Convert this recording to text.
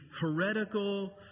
heretical